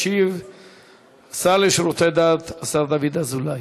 ישיב השר לשירותי דת, השר דוד אזולאי.